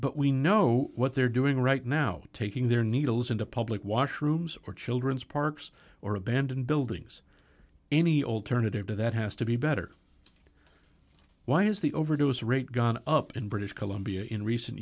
but we know what they're doing right now taking their needles into public washrooms or children's parks or abandoned buildings any alternative to that has to be better why is the overdose rate gone up in british columbia in recent